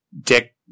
Dick